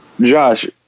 Josh